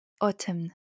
autumn